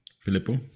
Filippo